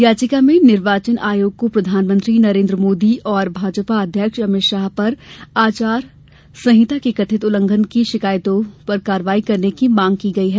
याचिका में निर्वाचन आयोग को प्रधानमंत्री नरेन्द्र मोदी और भाजपा अध्यक्ष अमित शाह पर आदर्श आचार संहिता के कथित उल्लघंन की शिकायतों पर कार्रवाई करने का निर्देश देने की मांग की गई है